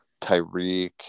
Tyreek